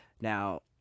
Now